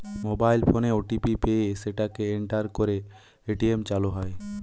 mobile ফোনে OTP পেয়ে সেটাকে এন্টার করে এ.টি.এম চালু হয়